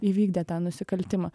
įvykdė tą nusikaltimą